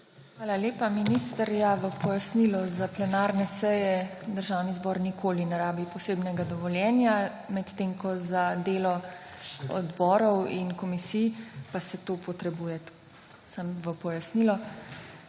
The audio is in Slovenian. Hvala lepa, minister. Ja, v pojasnilo, za plenarne seje Državni zbor nikoli ne rabi posebnega dovoljenja, medtem ko za delo odborov in komisij pa se to potrebuje. Samo v pojasnilo.